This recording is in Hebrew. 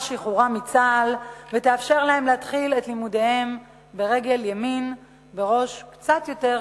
שחרורם מצה"ל ותאפשר להם להתחיל את לימודיהם ברגל ימין בראש קצת יותר